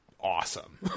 Awesome